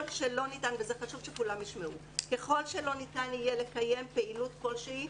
ואת זה חשוב שכולם ישמעו ככל שלא ניתן יהיה לקיים פעילות כלשהי,